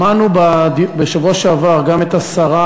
שמענו בשבוע שעבר גם את שרת